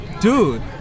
Dude